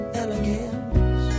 elegance